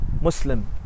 Muslim